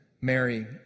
Mary